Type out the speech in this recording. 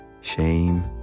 shame